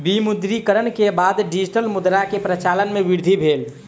विमुद्रीकरण के बाद डिजिटल मुद्रा के प्रचलन मे वृद्धि भेल